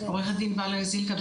עורכת דין ולרי זילכה,